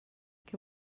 què